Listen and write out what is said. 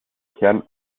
kern